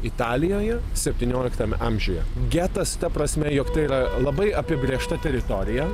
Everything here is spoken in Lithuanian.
italijoje septynioliktam amžiuje getas ta prasme jog tai yra labai apibrėžta teritorija